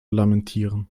lamentieren